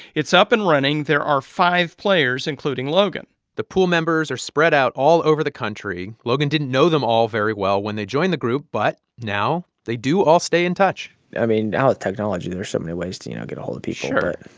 it's up and running. there are five players, including logan the pool members are spread out all over the country. logan didn't know them all very well when they joined the group, but now they do all stay in touch i mean, now with technology, there's so many ways to, you know, get ahold of people sure